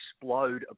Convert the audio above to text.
explode